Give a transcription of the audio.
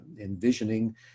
envisioning